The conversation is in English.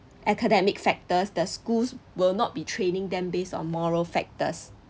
academic factors the schools will not be training them based on moral factors